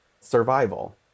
survival